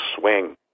swing